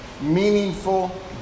meaningful